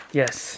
yes